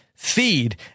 feed